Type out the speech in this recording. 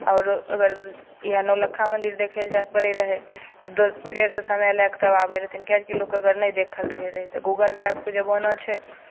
आओर अगर इएह नौलखा मन्दिर देखय लेल जायके पड़ैत रहय तऽ द फेरसँ समय लए कऽ तब आबै रहथिन किएकि लोककेँ अगर नहि देखल रहैत रहय तऽ गूगल मैपके जमाना छै